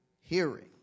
hearing